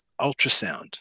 ultrasound